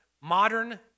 modern